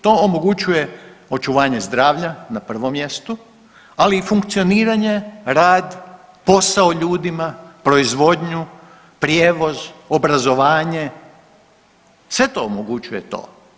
To omogućuje očuvanje zdravlja na prvom mjestu, ali i funkcioniranje, rad, posao ljudima, proizvodnju, prijevoz, obrazovanje, sve to omogućuje to.